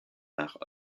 art